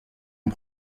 une